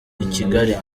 ikigali